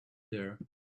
there